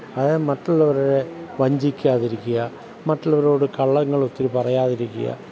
അതായത് മറ്റുള്ളവരെ വഞ്ചിക്കാതിരിക്കുക മറ്റുള്ളവരോട് കള്ളങ്ങളൊത്തിരി പറയാതിരിക്കുക